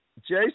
Jason